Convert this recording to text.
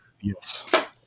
Yes